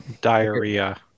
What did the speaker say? diarrhea